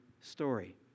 story